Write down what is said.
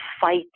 fight